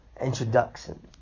introduction